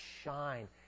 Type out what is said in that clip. shine